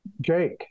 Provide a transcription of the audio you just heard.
Jake